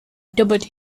dubbed